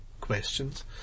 questions